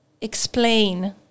explain